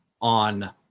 on